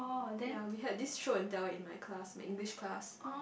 ya we had this show and tell in my class my English class